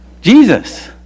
Jesus